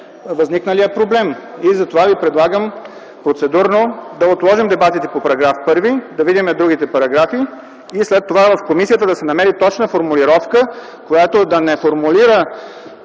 възникналия проблем. Процедурно ви предлагам да отложим дебатите по § 1, да видим другите параграфи и след това в комисията да се намери точната формулировка, която да не формулира